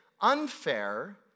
unfair